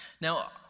Now